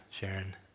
Sharon